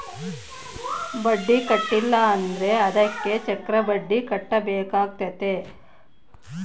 ಬಡ್ಡಿ ಕಟ್ಟಿಲ ಅಂದ್ರೆ ಅದಕ್ಕೆ ಚಕ್ರಬಡ್ಡಿ ಕಟ್ಟಬೇಕಾತತೆ